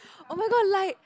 oh my god like